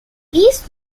east